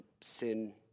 sin